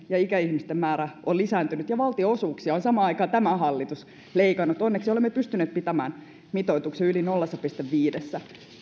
ja ikäihmisten määrä on lisääntynyt ja valtionosuuksia on samaan aikaan tämä hallitus leikannut onneksi olemme pystyneet pitämään mitoituksen yli nolla pilkku viidessä